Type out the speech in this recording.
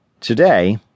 Today